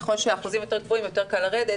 ככל שהאחוזים יותר גבוהים יותר קל לרדת